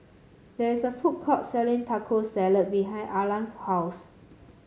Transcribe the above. there is a food court selling Taco Salad behind Arlan's house